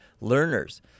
learners